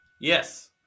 yes